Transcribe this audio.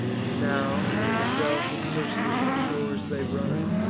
now near the shelves of circe's shores they run,